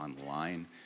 online